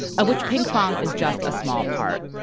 of which pinkfong is just a small part.